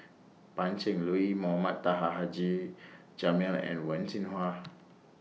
Pan Cheng Lui Mohamed Taha Haji Jamil and Wen Jinhua